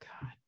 God